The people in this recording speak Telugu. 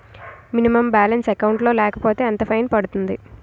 మినిమం బాలన్స్ అకౌంట్ లో లేకపోతే ఎంత ఫైన్ పడుతుంది?